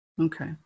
Okay